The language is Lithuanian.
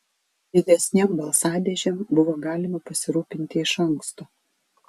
didesnėm balsadėžėm buvo galima pasirūpinti iš anksto